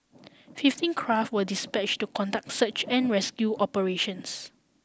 fifteen craft were dispatched to conduct search and rescue operations